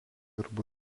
arba